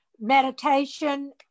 meditation